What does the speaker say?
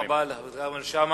תודה רבה לחבר הכנסת כרמל שאמה,